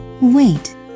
Wait